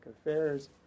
affairs